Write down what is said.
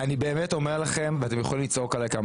אני באמת אומר לכם ואתם יכולים לצעוק עלי כמה